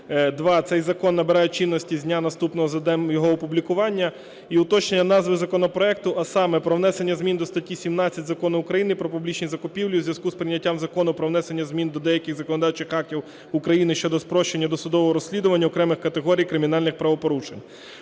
"2. Цей закон набирає чинності з дня наступного за днем його опублікування". І, уточнення назви законопроекту, а саме: про внесення змін до статті 17 Закону України "Про публічні закупівлі" у зв'язку з прийняттям Закону "Про внесення змін до деяких законодавчих актів України щодо спрощення досудового розслідування окремих категорій кримінальних правопорушень".